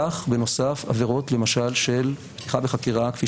כך בנוסף, עבירות למשל של פתיחה בחקירה כפי